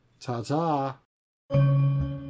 Ta-ta